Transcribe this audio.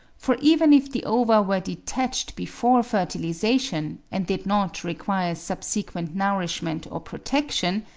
for even if the ova were detached before fertilisation, and did not require subsequent nourishment or protection,